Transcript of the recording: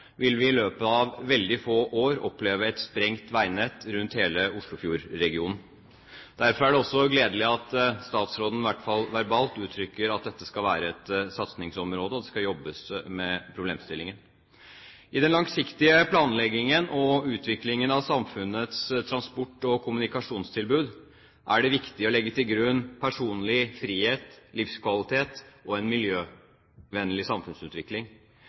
vil vi i løpet av veldig få år oppleve et sprengt veinett rundt hele Oslofjordregionen. Derfor er det også gledelig at statsråden i hvert fall verbalt uttrykker at dette skal være et satsingsområde, og at det skal jobbes med problemstillingen. I den langsiktige planleggingen og utviklingen av samfunnets transport- og kommunikasjonstilbud er det viktig å legge til grunn personlig frihet og livskvalitet og en miljøvennlig samfunnsutvikling.